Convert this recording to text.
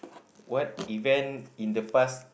what event in the past